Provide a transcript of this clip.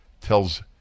tells